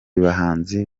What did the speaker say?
bahanzi